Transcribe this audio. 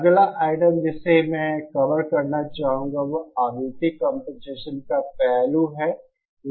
अगला आइटम जिसे मैं कवर करना चाहूंगा वह आवृत्ति कंपनसेशन का पहलू है